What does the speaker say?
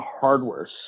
hardware